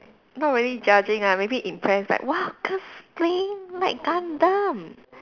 not really judging ah maybe impressed like !wah! girls playing like Gundam